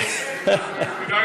כדאי